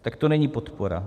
Tak to není podpora.